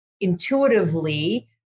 intuitively